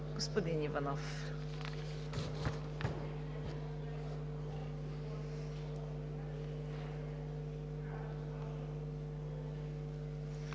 Господин Иванов,